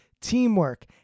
teamwork